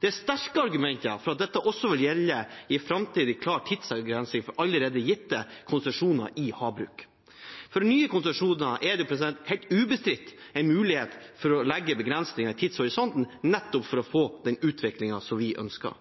Det er sterke argumenter for at dette også vil gjelde for en framtidig klar tidsavgrensning for allerede gitte konsesjoner i havbruk. For nye konsesjoner er det – helt ubestridt – en mulighet for å legge begrensninger når det gjelder tidshorisonten, nettopp for å få den utviklingen som vi ønsker.